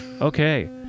Okay